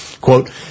Quote